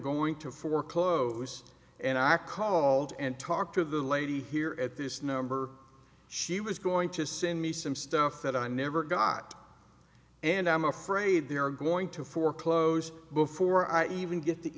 going to foreclose and i called and talked to the lady here at this number she was going to send me some stuff that i never got and i'm afraid they are going to foreclose before i even get the